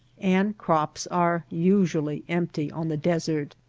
and crops are usually empty on the desert.